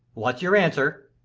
what's your answer?